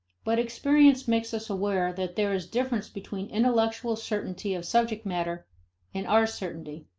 but experience makes us aware that there is difference between intellectual certainty of subject matter and our certainty.